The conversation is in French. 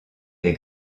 des